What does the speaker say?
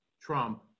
Trump